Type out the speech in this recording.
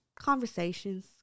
conversations